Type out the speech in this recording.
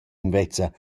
invezza